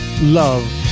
Love